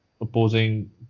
opposing